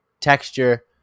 texture